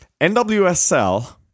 NWSL